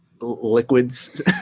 liquids